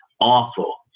awful